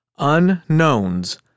unknowns